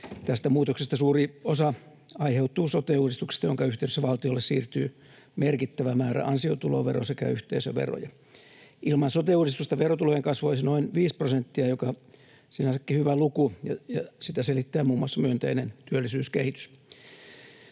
Tästä muutoksesta suuri osa aiheutuu sote-uudistuksesta, jonka yhteydessä valtiolle siirtyy merkittävä määrä ansiotuloveroja sekä yhteisöveroja. Ilman sote-uudistusta verotulojen kasvu olisi noin viisi prosenttia, joka sinänsäkin on hyvä luku, ja sitä selittää muun muassa myönteinen työllisyyskehitys.